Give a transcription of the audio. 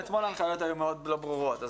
כן, גם אתמול ההנחיות היו מאוד לא ברורות.